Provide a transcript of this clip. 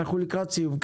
אנחנו לקראת סיום,